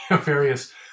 various